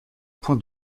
point